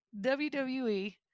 WWE